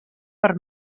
per